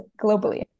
globally